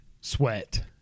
Sweat